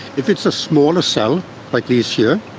if it's a smaller cell like these here,